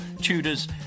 Tudors